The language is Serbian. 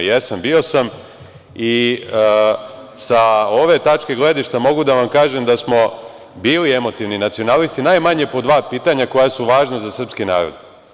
Jesam, bio sam, i sa ove tačke gledišta mogu da vam kažem da smo bili emotivni nacionalisti najmanje po dva pitanja koja su važna za srpski narod.